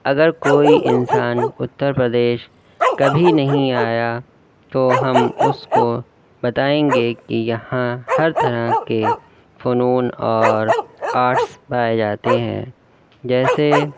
اگر کوئی انسان اتر پردیش کبھی نہیں آیا تو ہم اس کو بتائیں گے کہ یہاں ہر طرح کے فنون اور آرٹس پائے جاتے ہیں جیسے